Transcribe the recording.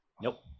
Nope